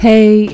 Hey